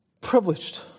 privileged